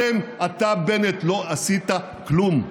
אתה, בנט, לא עשית כלום,